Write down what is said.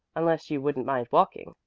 unless you wouldn't mind walking.